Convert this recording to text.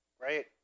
right